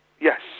Yes